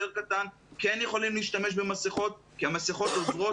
קטן כן יכולים להשתמש במסכות כי המסכות עוזרות.